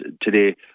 today